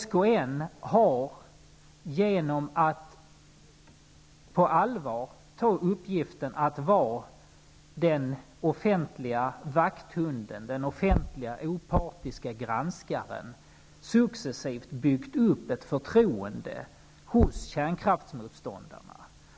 SKN har genom att ta uppgiften på allvar att vara den offentliga vakthunden, den offentliga opartiska granskaren, successivt byggt upp ett förtroende hos kärnkraftsmotståndarna.